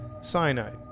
cyanide